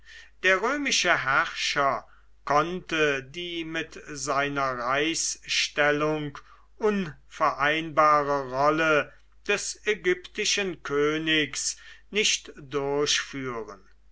der römische herrscher konnte die mit seiner reichsstellung unvereinbare rolle des ägyptischen königs nicht durchführen